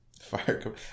Fire